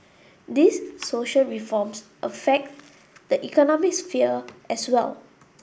these social reforms affect the economic sphere as well